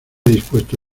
dispuesta